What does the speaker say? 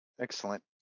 Excellent